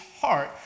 heart